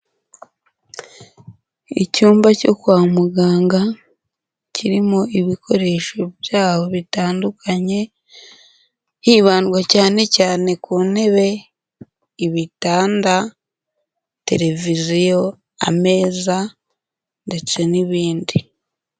Icyumba cyo kwa muganga, kirimo ibikoresho byaho bitandukanye, hibandwa cyane cyane ku ntebe, ibitanda, televiziyo, ameza ndetse n'ibindi.